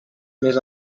més